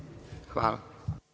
Hvala.